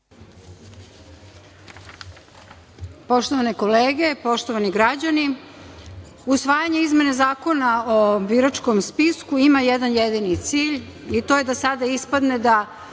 Poštovane kolege, poštovani građani, usvajanje izmene Zakona o biračkom spisku ima jedan jedini cilj i to je da sada ispadne da